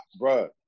Bruh